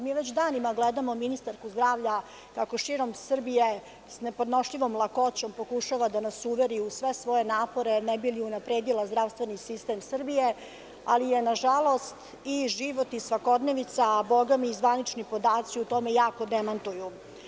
Mi već danima gledamo ministarku zdravlja kako širom Srbije s nepodnošljivom lakoćom pokušava da nas uveri u sve svoje napore ne bi li unapredila zdravstveni sistem Srbije, ali je na žalost i život i svakodnevica, a boga mi i zvanični podaci u tome jako demantuju.